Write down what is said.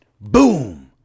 Boom